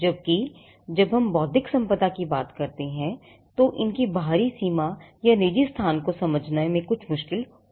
जबकि जब हम बौद्धिक सम्पदा की बात करते हैं इनकी बाहरी सीमा या निजी स्थान को समझना में कुछ मुश्किल हो सकती है